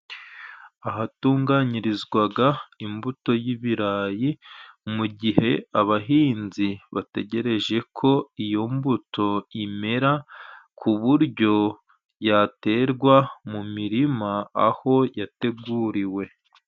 Ahatunganyirizwaga imbuto y'ibirayi mu gihe abahinzi bategerejeko iyo mbuto imera, ku buryo yaterwa mu mirima aho yateguriwe.